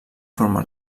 forma